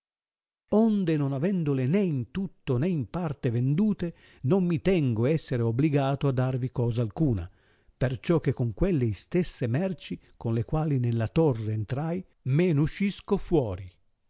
onde non avendole né in tutto né in parte vendute non mi tengo esser obligato a darvi cosa alcuna perciò che con quelle istesse merci con le quali nella torre entrai me n uscisco fuori